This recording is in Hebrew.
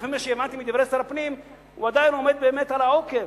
לפי מה שהבנתי מדברי שר הפנים הוא בינתיים באמת עומד על העוקם,